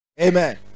amen